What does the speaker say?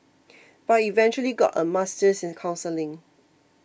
but he eventually got a master's in counselling